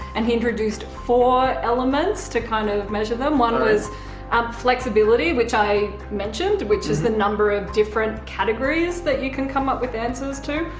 and he introduced four elements, to kind of measure them. one was flexibility, which i mentioned, which is the number of different categories that you can come up with answers to,